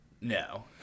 No